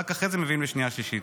ורק אחרי זה מביאים לשנייה ולשלישית.